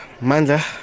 manda